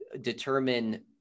determine